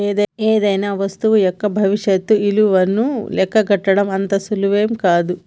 ఏదైనా వస్తువు యొక్క భవిష్యత్తు ఇలువను లెక్కగట్టడం అంత సులువేం గాదు